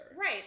Right